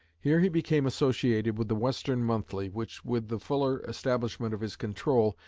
here he became associated with the western monthly, which, with the fuller establishment of his control,